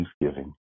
Thanksgiving